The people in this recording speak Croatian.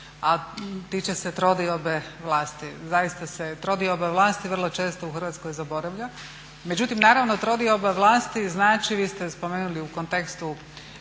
a tiče trodiobe vlasti, zaista se trodioba vlasti vrlo često u Hrvatskoj zaboravlja. Međutim trodioba vlasti znači, vi ste spomenuli u kontekstu